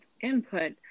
input